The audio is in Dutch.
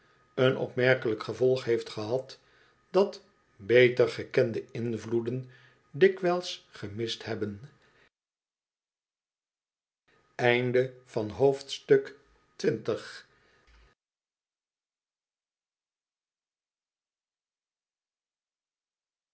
een opmerkelijk gevolg heeft gehad dat beter gekende invloeden dikwijls gemist hebben